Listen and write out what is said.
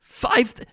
Five